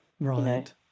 right